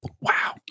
Wow